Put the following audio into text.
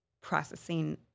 processing